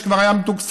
שכבר היה מתוקצב.